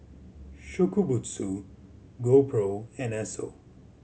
Shokubutsu GoPro and Esso